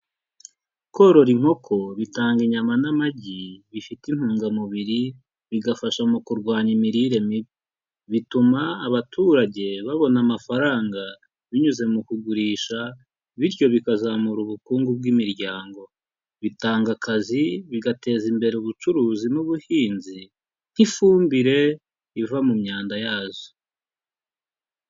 Korora inkoko bitanga inyama n'amagi bifite intungamubiri bigafasha mu kurwanya imirire mibi. Bituma abaturage babona amafaranga binyuze mu kugurisha bityo bikazamura ubukungu bw'imiryango. Bitanga akazi, bigateza imbere ubucuruzi n'ubuhinzi nk'ifumbire iva mu myanda yazo.